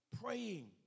praying